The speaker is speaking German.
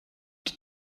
die